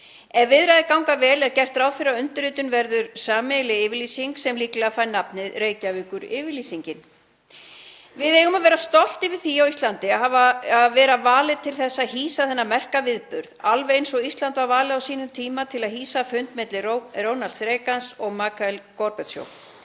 Ef viðræður ganga vel er gert ráð fyrir að undirrituð verði sameiginleg yfirlýsing sem líklega fær nafnið Reykjavíkuryfirlýsingin. Við eigum að vera stolt yfir því á Íslandi að hafa vera valin til að hýsa þennan merka viðburð, alveg eins og Ísland var valið á sínum tíma til að hýsa fund Ronalds Reagans og Mikhaíls Gorbatsjovs.